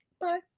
Bye